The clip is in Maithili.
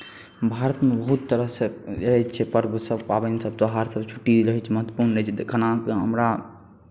भारतमे बहुत तरहसे अछि पाबनि सभ पर्व सभ त्यौहार सभ छुट्टी रहै छै ओहिमे महत्वपुर्ण रहै छै